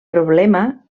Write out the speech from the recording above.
problema